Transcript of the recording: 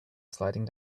sliding